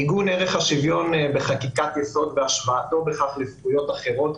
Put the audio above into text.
עיגון ערך השוויון בחקיקת יסוד והשוואתו בכך לזכויות אחרות,